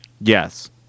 Yes